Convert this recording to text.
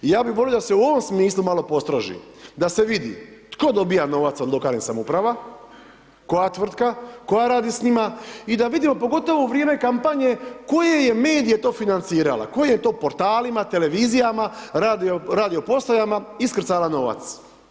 Ja bi volio da se u ovom smislu malo postroži, da se vidi tko dobiva novac od lokalnih samouprava, koja tvrtka koja radi s njima i da vidimo pogotovo u vrijeme kampanje koje je medije to financirala, koji je to portalima, televizijama, radio postajama, iskrcala novac.